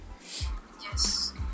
Yes